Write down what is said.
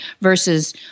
versus